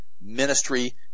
ministry